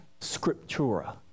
scriptura